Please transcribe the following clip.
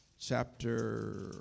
chapter